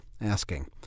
asking